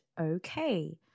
okay